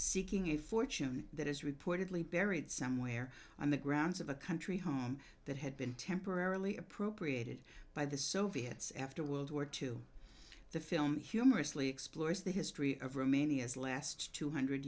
seeking a fortune that is reportedly buried somewhere on the grounds of a country home that had been temporarily appropriated by the soviets after world war two the film humorously explores the history of romania as last two hundred